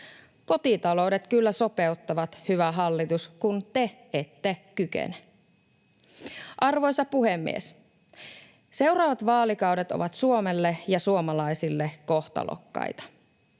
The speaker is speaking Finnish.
Kotitaloudet kyllä sopeuttavat, hyvä hallitus, kun te ette kykene. Arvoisa puhemies! Seuraavat vaalikaudet ovat Suomelle ja suomalaisille kohtalokkaita.